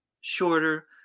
shorter